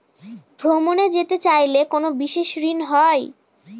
ভ্রমণে যেতে চাইলে কোনো বিশেষ ঋণ হয়?